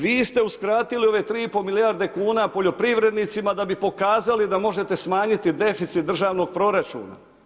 Vi ste uskratili ove 3 i pol milijarde kuna poljoprivrednicima da bi pokazali da možete smanjiti deficit državnog proračuna.